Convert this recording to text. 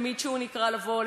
תמיד כשהוא נקרא לבוא,